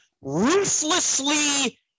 ruthlessly